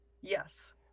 yes